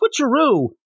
switcheroo